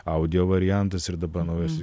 audio variantas ir dabar naujas